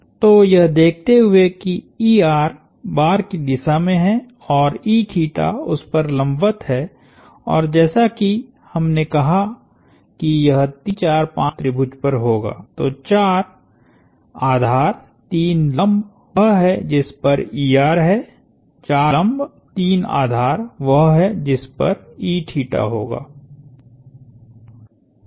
तो यह देखते हुए किबार की दिशा में है औरउस पर लंबवत है और जैसा कि हमने कहा कि यह 3 4 5 त्रिभुज पर होगा तो 4 आधार 3 लंब वह है जिस पर है 4 लंब 3 आधार वह है जिस पर होगा